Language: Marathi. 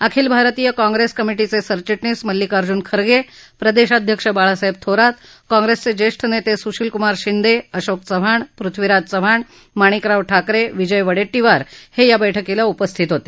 अखिल भारतीय काँग्रेस कमिटीचे सरचिटणीस मल्लिकार्जुन खर्गे प्रदेशाध्यक्ष बाळासाहेब थोरात काँप्रेसचे ज्येष्ठ नेते सुशीलकुमार शिंदे अशोक चव्हाण पृथ्वीराज चव्हाण माणिकराव ठाकरे विजय वडेट्टीवार हे या बैठकीला उपस्थित होते